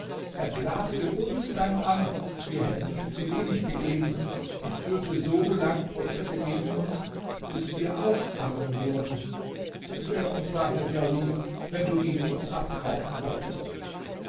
er klagte uns dann an wir hätten ihm zu wenig gegeben und führte so lang prozesse gegen uns bis wir auch arm wurden es wäre uns daher sehr lieb wenn du ihn uns abkaufen wolltest